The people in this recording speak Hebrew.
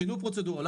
שינו פרוצדורה.